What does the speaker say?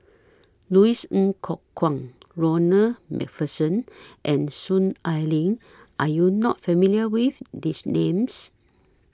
Louis Ng Kok Kwang Ronald MacPherson and Soon Ai Ling Are YOU not familiar with These Names